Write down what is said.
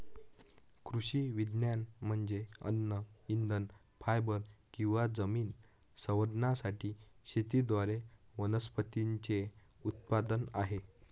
कृषी विज्ञान म्हणजे अन्न इंधन फायबर किंवा जमीन संवर्धनासाठी शेतीद्वारे वनस्पतींचे उत्पादन आहे